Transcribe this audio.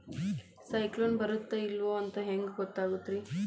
ಸೈಕ್ಲೋನ ಬರುತ್ತ ಇಲ್ಲೋ ಅಂತ ಹೆಂಗ್ ಗೊತ್ತಾಗುತ್ತ ರೇ?